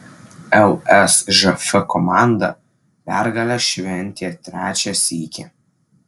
lsžf komanda pergalę šventė trečią sykį